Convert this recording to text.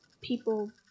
people